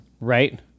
Right